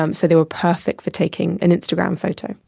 um so they were perfect for taking an instagram photo.